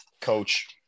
coach